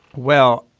well,